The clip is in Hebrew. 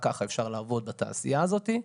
רק ככה אפשר לעבוד בתעשייה הזאת.